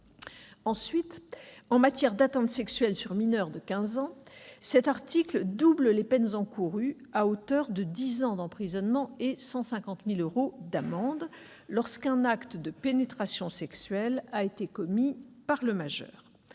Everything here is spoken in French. Ensuite, en matière d'atteinte sexuelle sur mineur de quinze ans, cet article double les peines encourues, à hauteur de dix ans d'emprisonnement et 150 000 euros d'amende, lorsqu'un acte de pénétration sexuelle a été commis par le majeur.